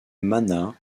mana